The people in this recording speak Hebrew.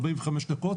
ארבעים וחמש דקות,